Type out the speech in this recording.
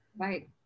Right